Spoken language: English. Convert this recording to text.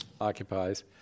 occupies